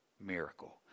miracle